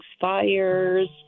fires